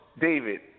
David